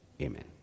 Amen